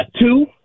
Two